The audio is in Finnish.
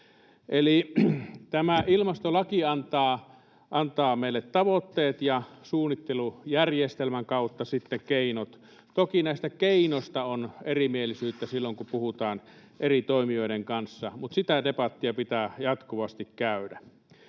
Eli tämä ilmastolaki antaa meille tavoitteet ja suunnittelujärjestelmän kautta sitten keinot — toki näistä keinoista on erimielisyyttä silloin, kun puhutaan eri toimijoiden kanssa, mutta sitä debattia pitää jatkuvasti käydä.